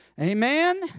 Amen